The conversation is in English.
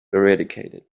eradicated